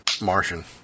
Martian